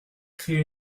créer